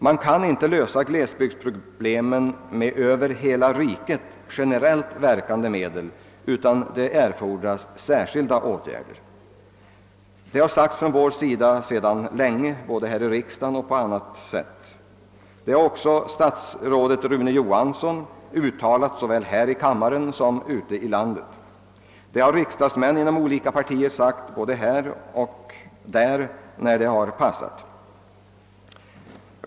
Vi kan inte lösa glesbygdsproblemen med över hela riket generellt verkande medel; det fordras särskilda åtgärder för det. Vi har också från vår sida sedan lång tid framhållit detta både här i riksdagen och på andra håll. Statsrådet Rune Johansson har också uttalat det både här i kammaren och ute i landet. Riksdagsmän från olika partier har sagt samma sak på olika platser, när detta har passat.